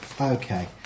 Okay